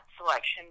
selection